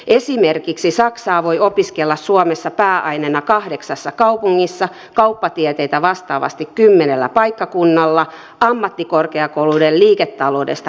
esimerkiksi saksaa voi opiskella suomessa pääaineena kahdeksassa kaupungissa kauppatieteitä vastaavasti kymmenellä paikkakunnalla ammattikorkeakoulujen liiketaloudesta puhumattakaan